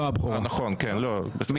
מי בעד?